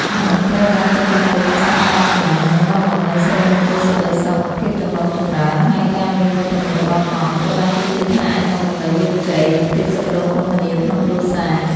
ហង្សត្រូវបានគេចាត់ទុកជាសត្វនាំសំណាង និងនាំមកនូវ សិរីមង្គល សេចក្តីសុខ និង ភាពចម្រុងចម្រើន ហើយការមានវត្តមានរបស់ហង្ស ត្រូវបានគេជឿថាអាចនាំមកនូវលាភជ័យ និងភាពសុខដុមរមនាក្នុងគ្រួសារ។